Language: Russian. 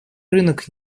рынок